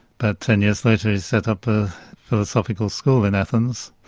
but ten years later he set up a philosophical school in athens,